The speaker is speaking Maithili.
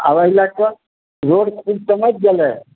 आब एहि लए कऽ रोड खूब चमकि गेलै